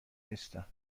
نیستم